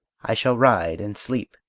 i shall ride and sleep.